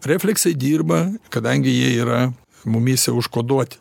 refleksai dirba kadangi jie yra mumyse užkoduoti